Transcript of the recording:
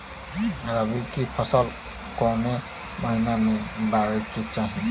रबी की फसल कौने महिना में बोवे के चाही?